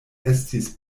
estis